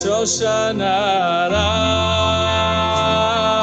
שושה נערה